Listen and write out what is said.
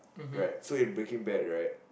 right so in Breaking Bad right